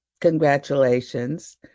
congratulations